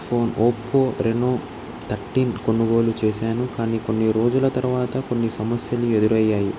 phone Oppo Reno thirteen కొనుగోలు చేశాను కానీ కొన్ని రోజుల తర్వాత కొన్ని సమస్యలు ఎదురయ్యాయి